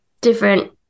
different